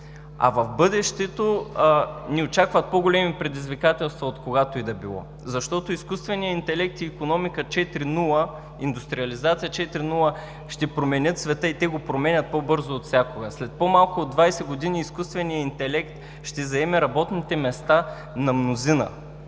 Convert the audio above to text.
а в бъдещето ни очакват по-големи предизвикателства от когато и да било, защото изкуственият интелект и икономика 4.0, индустриализация 4.0, ще променят света и те го променят по-бързо от всякога. След по-малко от 20 години изкуственият интелект ще заеме работните места на мнозина.